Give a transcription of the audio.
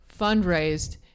fundraised